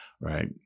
right